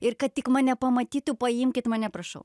ir kad tik mane pamatytų paimkit mane prašau